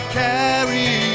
carry